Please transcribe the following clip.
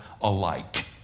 alike